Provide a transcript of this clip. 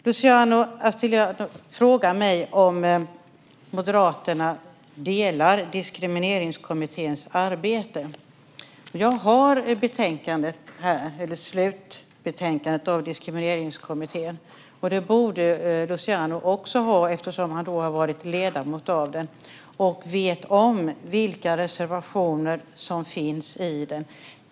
Luciano Astudillo frågar mig om Moderaterna delar åsikterna i Diskrimineringskommitténs arbete. Jag har slutbetänkandet av Diskrimineringskommittén här, och det borde Luciano också ha eftersom han har varit ledamot av den och vet om vilka reservationer som finns i den.